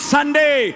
Sunday